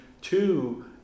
two